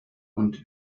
und